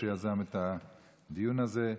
שיזם את הדיון הזה.